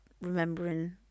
remembering